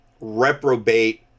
reprobate